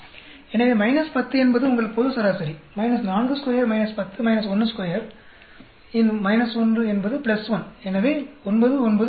எனவே 10 என்பது உங்கள் பொது சராசரி 42 10 12 ன் 1 என்பது 1 எனவே 9 9 81